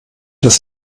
das